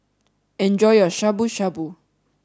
enjoy your Shabu Shabu